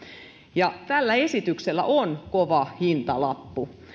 ja tällä esityksellä on kova hintalappu